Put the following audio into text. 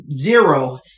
zero